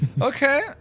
Okay